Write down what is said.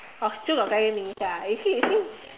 oh still got twenty minutes ah you see you see